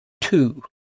two